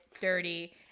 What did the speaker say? dirty